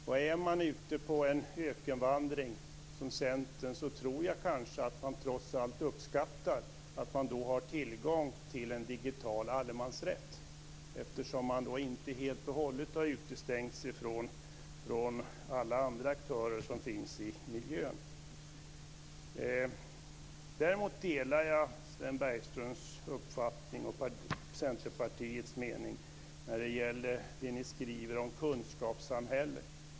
Om man som Centern är ute på en ökenvandring tror jag att man trots allt uppskattar att ha tillgång till en digital allemansrätt, eftersom man då inte helt och hållet har utestängts från alla andra aktörer som finns i miljön. Däremot delar jag Sven Bergströms uppfattning och Centerpartiets mening när det gäller det man skriver om kunskapssamhället.